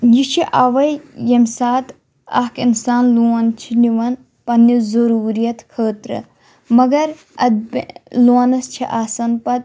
یہِ چھُ اَوے ییٚمہِ ساتہٕ اَکھ اِنسان لون چھِ نِوان پنٛنِس ضوٚروٗریت خٲطرٕ مگر اَتھ لونَس چھِ آسان پَتہٕ